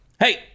Hey